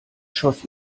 schoss